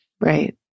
Right